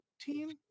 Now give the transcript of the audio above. team